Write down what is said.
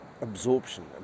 absorption